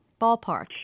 Ballpark